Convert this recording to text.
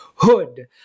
Hood